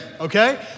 okay